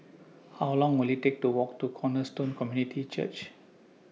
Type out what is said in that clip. How Long Will IT Take to Walk to Cornerstone Community Church